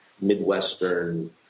Midwestern